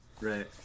right